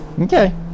okay